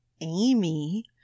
Amy